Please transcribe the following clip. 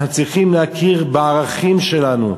אנחנו צריכים להכיר בערכים שלנו,